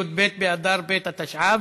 י"ב באדר ב' התשע"ו,